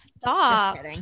Stop